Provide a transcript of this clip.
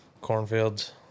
Cornfields